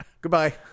Goodbye